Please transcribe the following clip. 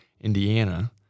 Indiana